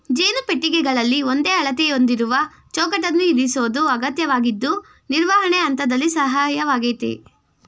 ಜೇನು ಪೆಟ್ಟಿಗೆಗಳಲ್ಲಿ ಒಂದೇ ಅಳತೆ ಹೊಂದಿರುವ ಚೌಕಟ್ಟನ್ನು ಇರಿಸೋದು ಅಗತ್ಯವಾಗಿದ್ದು ನಿರ್ವಹಣೆ ಹಂತದಲ್ಲಿ ಸಹಾಯಕವಾಗಯ್ತೆ